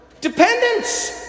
Dependence